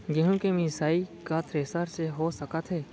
गेहूँ के मिसाई का थ्रेसर से हो सकत हे?